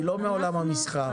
היא לא מעולם המסחר.